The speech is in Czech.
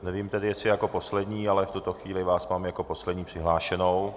Nevím tedy, jestli jako poslední, ale v tuto chvíli vás mám jako poslední přihlášenou.